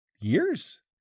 years